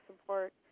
support